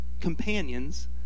companions